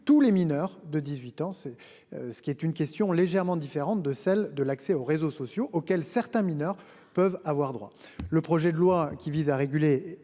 tous les mineurs de 18 ans, c'est ce qui est une question légèrement différente de celle de l'accès aux réseaux sociaux auxquels certains mineurs peuvent avoir droit. Le projet de loi qui vise à réguler